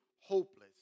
hopeless